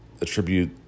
attribute